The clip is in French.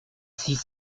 six